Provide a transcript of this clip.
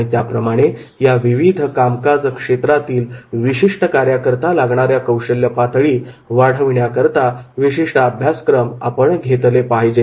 आणि त्याप्रमाणे या विविध कामकाज क्षेत्रातील विशिष्ट कार्याकरिता लागणाऱ्या कौशल्य पातळी वाढवण्याकरिता विशिष्ट अभ्यासक्रम आपण घेतले पाहिजेत